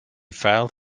failed